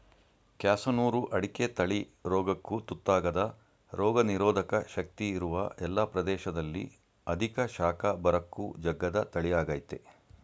ಕ್ಯಾಸನೂರು ಅಡಿಕೆ ತಳಿ ರೋಗಕ್ಕು ತುತ್ತಾಗದ ರೋಗನಿರೋಧಕ ಶಕ್ತಿ ಇರುವ ಎಲ್ಲ ಪ್ರದೇಶದಲ್ಲಿ ಅಧಿಕ ಶಾಖ ಬರಕ್ಕೂ ಜಗ್ಗದ ತಳಿಯಾಗಯ್ತೆ